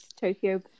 Tokyo